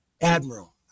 admiral